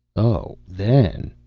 oh, then!